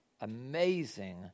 amazing